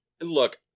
look